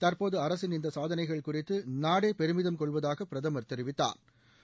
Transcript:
தற்போது அரசின் இந்த சாதணைகள் குறித்து நாடே பெருமிதம் கொள்வதாக பிரதமா் தெரிவித்தாா்